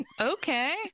okay